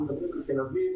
אנחנו מדברים על תל-אביב,